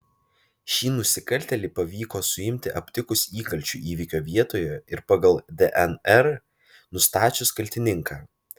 šį nusikaltėlį pavyko suimti aptikus įkalčių įvykio vietoje ir pagal dnr nustačius kaltininką